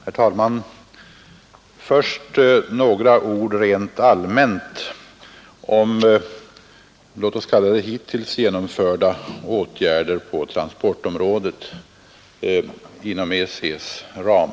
Herr talman! Först några ord rent allmänt om låt oss kalla det hittills genomförda åtgärder på transportområdet inom EEC:s ram.